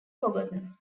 forgotten